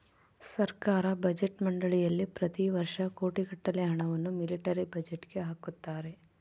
ಸರ್ಕಾರ ಬಜೆಟ್ ಮಂಡಳಿಯಲ್ಲಿ ಪ್ರತಿ ವರ್ಷ ಕೋಟಿಗಟ್ಟಲೆ ಹಣವನ್ನು ಮಿಲಿಟರಿ ಬಜೆಟ್ಗೆ ಹಾಕುತ್ತಾರೆ